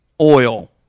oil